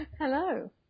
Hello